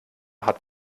hat